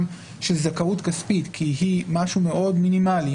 של זכאות כספית כי היא משהו מאוד מינימאלי,